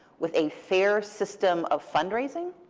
with a fair system of fundraising,